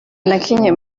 nakinnye